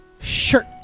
Shirt